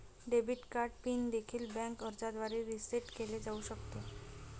debit card PIN देखील bank अर्जाद्वारे reset केले जाऊ शकते